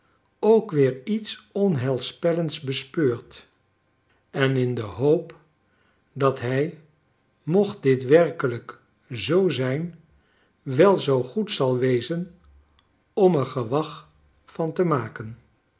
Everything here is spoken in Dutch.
ook weer iets i'onheilspellends bespeurt en in de hoop dat hij ixhocht dit werkelijk zoo zijn wel zoo goed zal wezen om er gewag van te maken